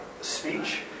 speech